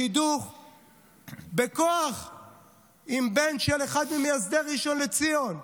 שידוך בכוח עם בן של אחד ממייסדי ראשון לציון,